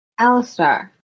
Alistar